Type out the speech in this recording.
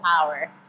power